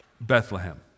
Bethlehem